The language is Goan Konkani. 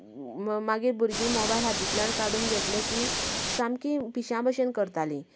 मागीर भुरगीं मोबायल हातीतंल्यान काडून घेतले की सामकी पिश्या बशेन करताली